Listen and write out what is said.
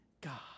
God